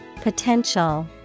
Potential